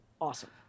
Awesome